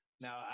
Now